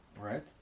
right